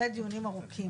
שנוגע לשירות בתי הסוהר.